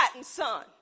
son